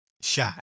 shot